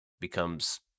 becomes